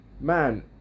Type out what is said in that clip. Man